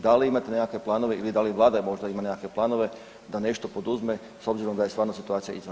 Da li imate nekakve planove ili da li Vlada možda ima nekakve planove da nešto poduzme s obzirom da je stvarno situacija izvanredna?